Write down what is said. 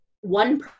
one